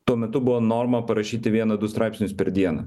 tuo metu buvo norma parašyti vieną du straipsnius per dieną